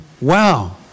wow